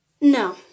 no